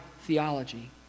theology